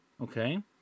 okay